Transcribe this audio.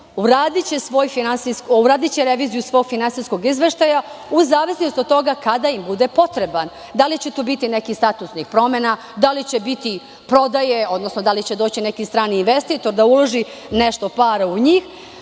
uradiće reviziju svog finansijskog izveštaja u zavisnosti od toga kada im bude potreban. Da li će tu biti nekih statusnih promena, da li će biti prodaje, odnosno da li će doći neki strani investitor da uloži nešto para u njih,